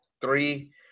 three